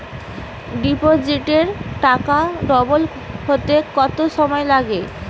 ডিপোজিটে টাকা ডবল হতে কত সময় লাগে?